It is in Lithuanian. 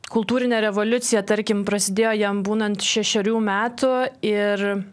kultūrinė revoliucija tarkim prasidėjo jam būnant šešerių metų ir